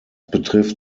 betrifft